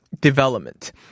Development